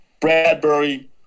Bradbury